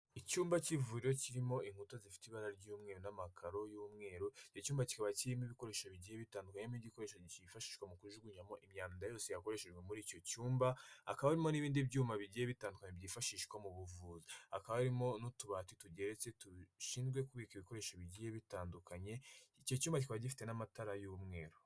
Icyumba cy'ivuriro kirimo inkuta zifite ibara ry'umweru n'amakaro y'umweru, icyumba kikaba kirimo ibikoresho bigiye bitandukanye harimo igikoresho cyifashishwa mu kujugunyamo imyanda yose yakoreshejwe muri icyo cyumba, hakaba harimo n'ibindi byuma bigiye bitandukanye byifashishwa mu buvuzi, hakaba harimo n'utubati tugeretse dushinzwe kubika ibikoresho bigiye bitandukanye icyo cyumba kikaba gifite n'amatara y'umweru.